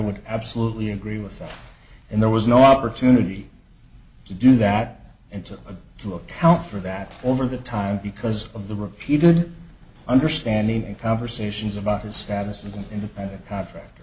would absolutely agree with that and there was no opportunity to do that until to account for that over the time because of the repeated understanding and conversations about his status as an independent contractor